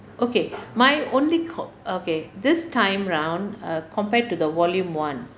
okay my only co~ okay this time round err compared to the volume one